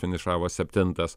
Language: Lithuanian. finišavo septintas